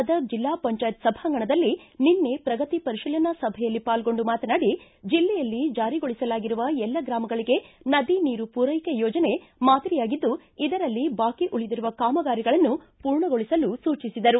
ಗದಗ ಜಿಲ್ಲಾ ಪಂಚಾಯತ್ ಸಭಾಂಗಣದಲ್ಲಿ ನಿನ್ನೆ ಪ್ರಗತಿ ಪರಿಶೀಲನಾ ಸಭೆಯಲ್ಲಿ ಪಾಲ್ಗೊಂಡು ಮಾತನಾಡಿ ಜಲ್ಲೆಯಲ್ಲಿ ಜಾರಿಗೊಳಿಸಲಾಗಿರುವ ಎಲ್ಲ ಗ್ರಾಮಗಳಿಗೆ ನದಿ ನೀರು ಪೂರೈಕೆ ಯೋಜನೆ ಮಾದರಿಯಾಗಿದ್ದು ಇದರಲ್ಲಿ ಬಾಕಿ ಉಳಿದಿರುವ ಕಾಮಗಾರಿಗಳನ್ನು ಪೂರ್ಣಗೊಳಿಸಲು ಸೂಚಿಸಿದರು